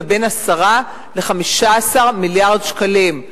בין 10 ל-15 מיליארד שקלים.